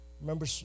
Remember